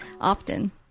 often